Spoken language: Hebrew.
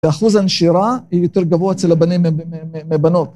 ואחוז הנשירה היא יותר גבוהה אצל הבנים מבנות.